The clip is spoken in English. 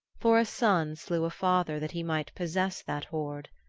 for a son slew a father that he might possess that hoard.